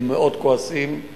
הם מאוד כועסים,